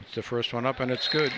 the first one up and it's good